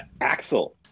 Axel